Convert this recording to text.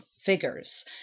Figures